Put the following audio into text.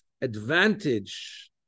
advantage